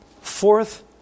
Fourth